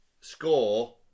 score